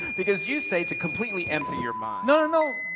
because you say, to completely empty your mind no, no,